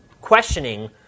questioning